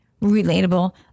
relatable